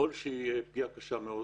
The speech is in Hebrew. וככל שזאת פגיעה קשה מאוד,